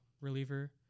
reliever